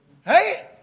Hey